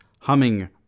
humming